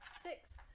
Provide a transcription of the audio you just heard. Six